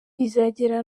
bizagera